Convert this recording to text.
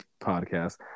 podcast